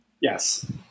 yes